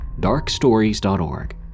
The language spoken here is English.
darkstories.org